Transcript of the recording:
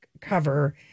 cover